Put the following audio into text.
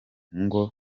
ngo